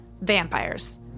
vampires